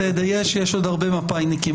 יש עוד הרבה מפא"יניקים,